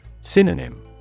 Synonym